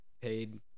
paid